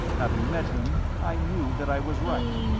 having met him, i knew that i was right.